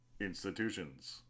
Institutions